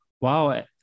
wow